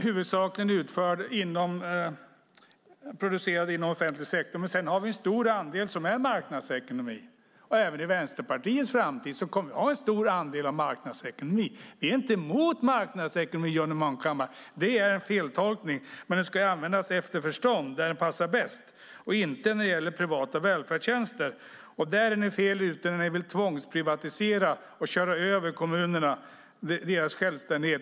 Huvuddelen är producerad inom offentlig sektor, men sedan har vi en stor andel som är marknadsekonomi. Även i Vänsterpartiets framtid kommer vi att ha en stor andel marknadsekonomi. Vi är inte emot marknadsekonomi, Johnny Munkhammar, det är en feltolkning. Men den ska användas efter förstånd där det passar bäst och inte när det gäller privata välfärdstjänster. Där är ni fel ute när ni vill tvångsprivatisera och köra över kommunernas självständighet.